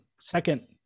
second